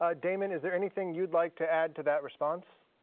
ah damon, is there anything you'd like to add to that response?